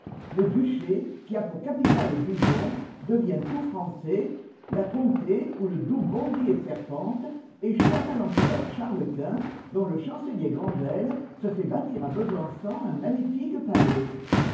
le duché qui a pour capitale dijon devient tout français la comté où le doubs bondit et serpente échoit à l'empereur charles-quint dont le chancelier granvelle se fait bâtir à besançon un magnifique palais